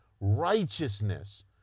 righteousness